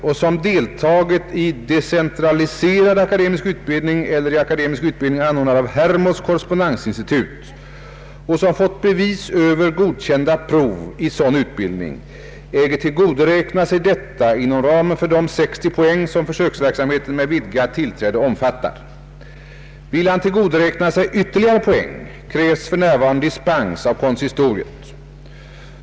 omfattar. Vill han tillgodoräkna sig ytterligare poäng krävs för närvarande dispens av konsistoriet.